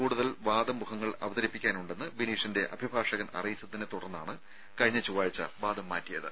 കൂടുതൽ വാദമുഖങ്ങൾ അവതരിപ്പിക്കാനുണ്ടെന്ന് ബിനീഷിന്റെ അഭിഭാഷകൻ അറിയിച്ചതിനെത്തുടർന്നാണ് കഴിഞ്ഞ ചൊവ്വാഴ്ച വാദം മാറ്റിയത്